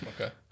Okay